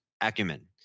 acumen